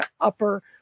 upper